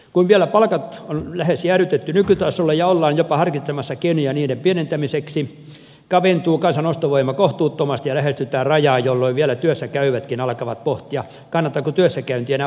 kun vielä palkat on lähes jäädytetty nykytasolle ja ollaan jopa harkitsemassa keinoja niiden pienentämiseksi kaventuu kansan ostovoima kohtuuttomasti ja lähestytään rajaa jolloin vielä työssä käyvätkin alkavat pohtia kannattaako työssäkäynti enää ollenkaan